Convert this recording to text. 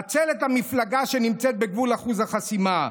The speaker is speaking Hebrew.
והצל את המפלגה שנמצאת בגבול אחוז החסימה.